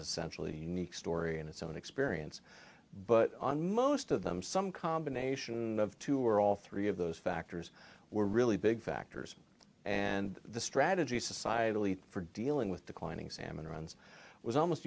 essentially a unique story in its own experience but most of them some combination of two or all three of those factors were really big factors and the strategy society lead for dealing with declining salmon runs was almost